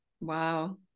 Wow